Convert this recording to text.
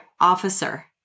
officer